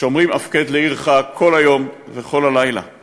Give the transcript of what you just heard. "שומרים הפקד לעירך כל היום וכל הלילה";